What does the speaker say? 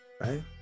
right